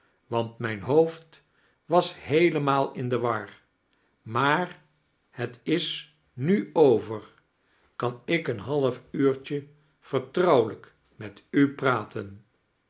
want mijn hoofd was heelemaal in de war maa r het is nu over kan ik een half uurt je vertrouwelijk met u praten